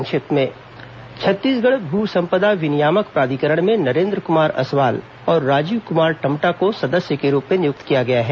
संक्षिप्त समाचार छत्तीसगढ़ भू संपदा विनियामक प्राधिकरण में नरेन्द्र कुमार असवाल और राजीव कुमार टमटा को सदस्य के रूप में नियुक्त किया गया है